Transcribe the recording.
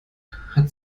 hat